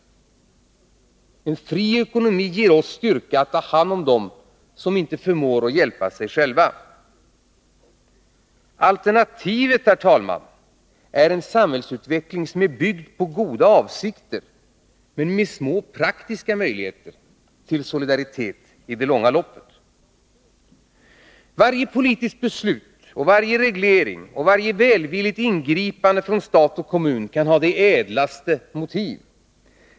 En fri ekonomi ger oss styrka att ta hand om dem som icke förmår hjälpa sig själva. Alternativet, herr talman, är en samhällsutveckling byggd på goda avsikter men med små praktiska möjligheter till solidaritet i det långa loppet. Varje politiskt beslut, varje reglering och varje välvilligt ingripande från stat och kommun kan ha de ädlaste motiv.